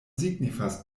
signifas